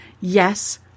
Yes